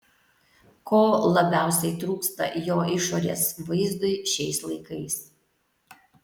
ko labiausiai trūksta jo išorės vaizdui šiais laikais